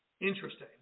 Interesting